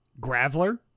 Graveler